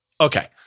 Okay